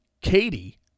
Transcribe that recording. Katie